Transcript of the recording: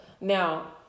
Now